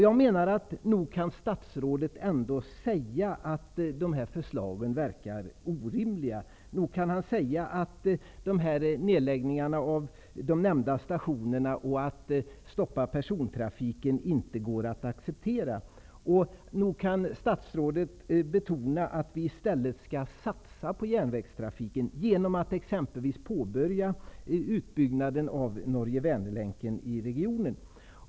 Nog kan väl statsrådet säga att de här förslagen verkar orimliga. Nog kan han väl säga att det inte går att acceptera nedläggningarna av nämnda stationer och ett stopp av persontrafiken. Och nog kan väl statsrådet betona att vi i stället skall satsa på järnvägstrafiken, exempelvis genom att påbörja utbyggnaden av Norge--Väner-länken i regionen.